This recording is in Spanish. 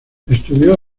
estudió